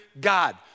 God